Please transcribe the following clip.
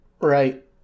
Right